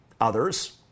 others